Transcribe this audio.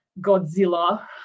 Godzilla